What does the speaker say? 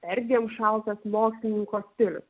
perdėm šaltas mokslininko stilius